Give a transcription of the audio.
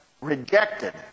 rejected